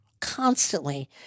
constantly